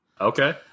okay